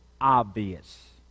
obvious